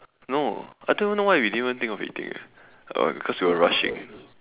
no I don't even know why we didn't even think of eating eh because we were rushing